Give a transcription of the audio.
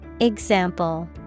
Example